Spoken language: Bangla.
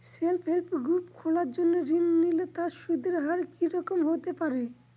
সেল্ফ হেল্প গ্রুপ খোলার জন্য ঋণ নিলে তার সুদের হার কি রকম হতে পারে?